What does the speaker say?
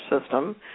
System